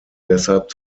deshalb